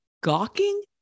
gawking